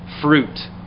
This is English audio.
fruit